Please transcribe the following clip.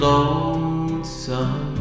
Lonesome